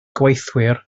gweithwyr